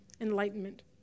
Enlightenment